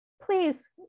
please